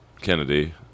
Kennedy